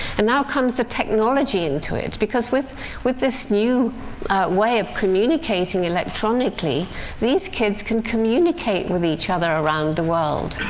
and now comes the technology into it, because with with this new way of communicating electronically these kids can communicate with each other around the world.